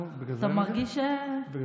בגלל זה אני נדיב,